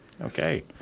Okay